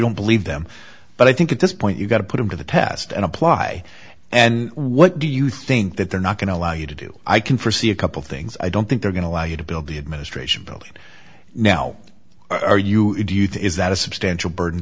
don't believe them but i think at this point you've got to put them to the test and apply and what do you think that they're not going to allow you to do i can forsee a couple things i don't think they're going to allow you to build the administration now are you